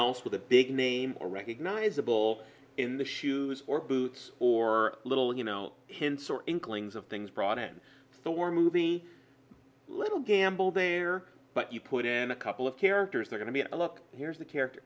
else with a big name or recognizable in the shoes or boots or little you know hints or inklings of things brought in the war movie little gamble there but you put in a couple of characters are going to be a look here's the character